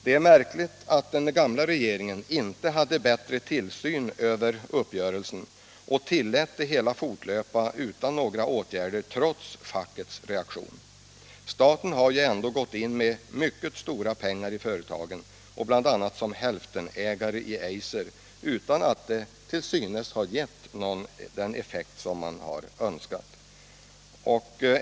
Det är märkligt att den gamla regeringen inte hade bättre tillsyn över uppgörelsen utan tillät det hela fortlöpa utan att några åtgärder vidtogs, trots fackets reaktion. Staten har ju ändå gått in med mycket stora pengar i företagen, bl.a. som hälftendelägare i Eiser, utan att det till synes har gett den effekt som man önskat.